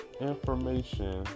information